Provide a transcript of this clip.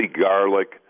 garlic